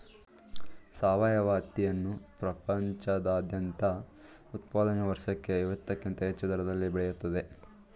ಸಾವಯವ ಹತ್ತಿಯನ್ನು ಪ್ರಪಂಚದಾದ್ಯಂತ ಉತ್ಪಾದನೆಯು ವರ್ಷಕ್ಕೆ ಐವತ್ತಕ್ಕಿಂತ ಹೆಚ್ಚು ದರದಲ್ಲಿ ಬೆಳೆಯುತ್ತಿದೆ